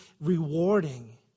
rewarding